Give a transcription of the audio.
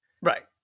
right